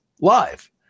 live